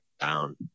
down